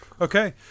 Okay